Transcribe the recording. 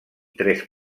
tres